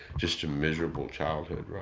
just a miserable childhood